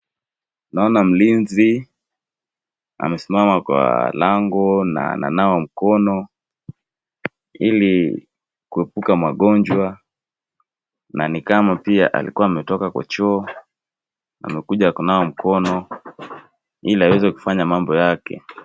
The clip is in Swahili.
Naona mlinzi amesimama kwa lango na ananawa mkono ili kuepuka magonjwa na pia ni kama alikua ametoka kwa choo amekuja kunawa mkono ili aweze afanye mambo yake.